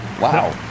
wow